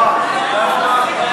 ממהרים,